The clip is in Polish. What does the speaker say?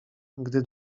gdy